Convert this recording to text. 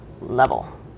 level